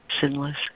sinless